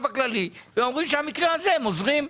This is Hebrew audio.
הכללי והם אומרים שבמקרה הזה הם עוזרים.